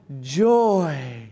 joy